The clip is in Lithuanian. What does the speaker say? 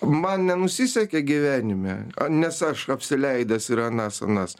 man nenusisekė gyvenime nes aš apsileidęs ir anas anas